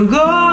go